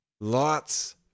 Lots